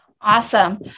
Awesome